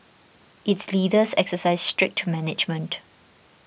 its leaders exercise strict management